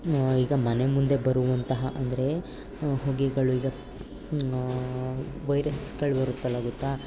ಈಗ ಮನೆ ಮುಂದೆ ಬರುವಂತಹ ಅಂದರೆ ಹೊಗೆಗಳು ಈಗ ವೈರಸ್ಸುಗಳು ಬರುತ್ತಲ್ಲ ಗೊತ್ತಾ